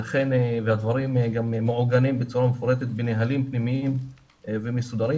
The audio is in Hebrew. והדברים גם מעוגנים בצורה מפורטת בנהלים פנימיים ומסודרים,